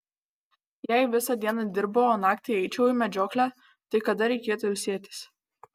jei visą dieną dirbu o naktį eičiau į medžioklę tai kada reikėtų ilsėtis